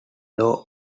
law